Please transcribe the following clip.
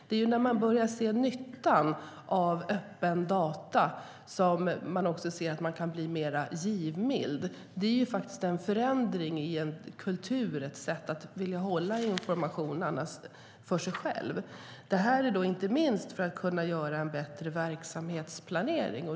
Det är när man börjar se nyttan av öppna data som man ser att man kan bli mer givmild. Det är en förändring av en kultur där man vill hålla information för sig själv. Detta syftar då inte minst till att kunna göra en bättre verksamhetsplanering.